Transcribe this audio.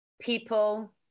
people